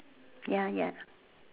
ya ya